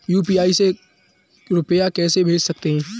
UPI से रुपया कैसे भेज सकते हैं?